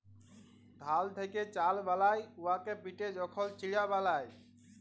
ধাল থ্যাকে চাল বালায় উয়াকে পিটে যখল চিড়া বালায়